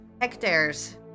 hectares